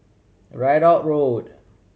Ridout Road